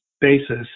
basis